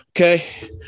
okay